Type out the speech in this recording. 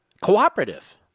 cooperative